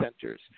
centers